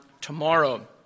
tomorrow